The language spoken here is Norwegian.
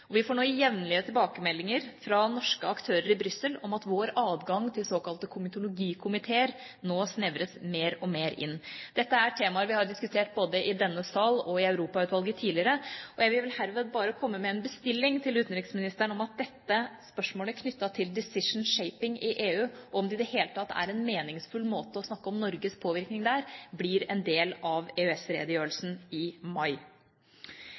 Vi får nå jevnlige tilbakemeldinger fra norske aktører i Brussel om at vår adgang til såkalte komitologikomiteer nå snevres mer og mer inn. Dette er temaer vi har diskutert både i denne sal og i Europautvalget tidligere. Jeg vil herved bare komme med en bestilling til utenriksministeren om hvorvidt dette spørsmålet knyttet til «decision shaping» i EU i det hele tatt er en meningsfull måte å snakke om Norges påvirkning der på, og om det blir en del av EØS-redegjørelsen i mai.